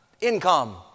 income